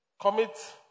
Commit